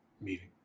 meeting